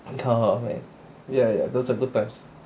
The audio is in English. kind of man ya ya ya those are good times